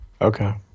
okay